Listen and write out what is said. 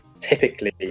typically